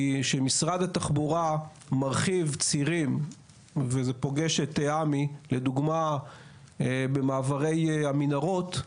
כי כשמשרד התחבורה מרחיב צירים וזה פוגש את עמי לדוגמא במעברי המנהרות,